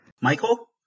michael